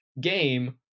game